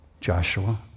Joshua